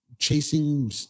chasing